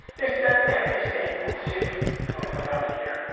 is that there is a zip going around here.